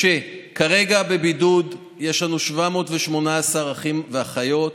משה, כרגע בבידוד יש לנו 718 אחים ואחיות,